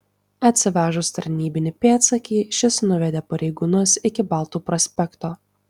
atsivežus tarnybinį pėdsekį šis nuvedė pareigūnus iki baltų prospekto